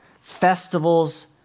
festivals